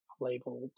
labeled